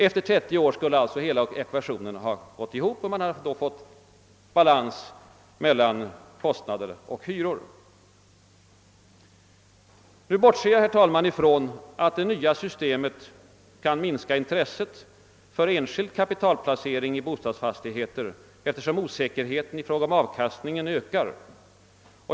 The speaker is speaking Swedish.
Efter 30 år skulle alltså hela ekvationen ha gått ihop och man skulle då ha fått balans mellan kostnader och hyror. Nu bortser jag, herr talman, från att det nya systemet kan minska intresset för enskild kapitalplacering i bostadsfastigheter, därför att osäkerheten i fråga om avkastningen ökar.